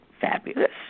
fabulous